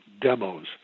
demos